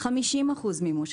50% מימוש,